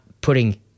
putting